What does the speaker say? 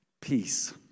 peace